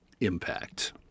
impact